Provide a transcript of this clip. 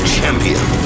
Champion